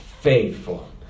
faithful